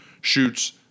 shoots